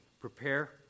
prepare